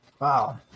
wow